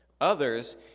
Others